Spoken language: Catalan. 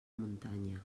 muntanya